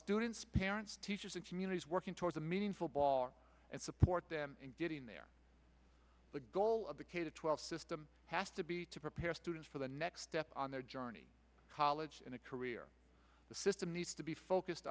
students parents teachers and communities working towards a meaningful bar and support them in getting there the goal of the k twelve system has to be to prepare students for the next step on their journey college in a career the system needs to be focused